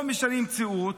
או שמשנים את המציאות,